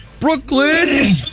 Brooklyn